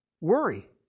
Worry